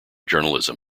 journalism